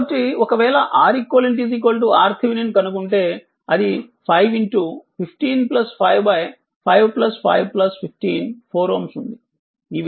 కాబట్టి ఒకవేళ Req R Thevenin కనుగొంటే అది 5 15 5 5 5 15 4Ω ఉంది